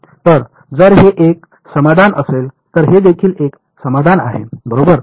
तर जर हे एक समाधान असेल तर हे देखील एक समाधान आहे बरोबर